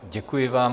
Děkuji vám.